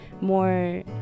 more